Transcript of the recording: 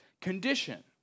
condition